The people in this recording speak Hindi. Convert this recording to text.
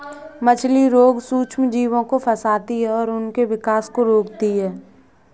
मछली रोग सूक्ष्मजीवों को फंसाती है और उनके विकास को रोकती है